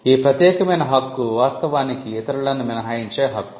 ఈ ప్రత్యేకమైన హక్కు వాస్తవానికి ఇతరులను మినహాయించే హక్కు